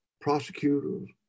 prosecutors